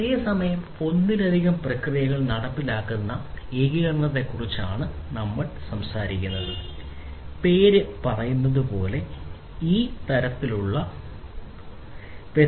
ഒരേസമയം ഒന്നിലധികം പ്രക്രിയകൾ നടപ്പിലാക്കുന്നതിനുള്ള ഏകീകൃതതയെക്കുറിച്ചാണ് നമ്മൾ സംസാരിക്കുന്നതെന്ന് ഈ പേര് പറയുന്നതുപോലെ കൺകറൻസി വളരെ പ്രധാനമാണ്